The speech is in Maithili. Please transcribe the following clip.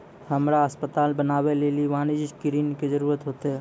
हमरा अस्पताल बनाबै लेली वाणिज्यिक ऋणो के जरूरत होतै